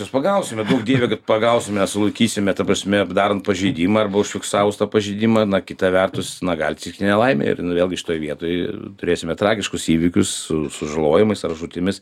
juos pagausime duok dieve kad pagausime sulaikysime ta prasme darant pažeidimą arba užfiksavus tą pažeidimą na kita vertus na gali atsitikti nelaimė ir vėlgi šitoj vietoj turėsime tragiškus įvykius su sužalojimais ar žūtimis